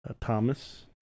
Thomas